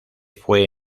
fue